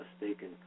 mistaken